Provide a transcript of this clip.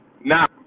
Now